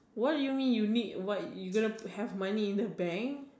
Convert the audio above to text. what you mean you need what you gonna have money in the bank